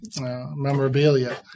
memorabilia